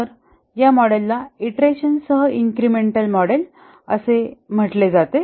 तर या मॉडेलला इटरेशनसह इन्क्रिमेंटल मॉडेल म्हटले जाते